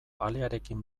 alearekin